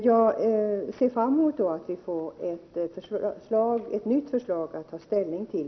Jag ser fram mot att riksdagen i budgetpropositionen får ett nytt förslag att ta ställning till.